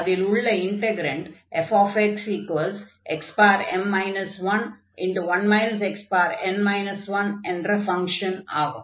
அதில் உள்ள integrand fxxm 11 xn 1என்ற ஃபங்ஷன் ஆகும்